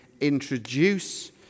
introduce